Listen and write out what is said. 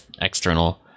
external